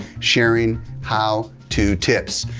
sharing how to tips.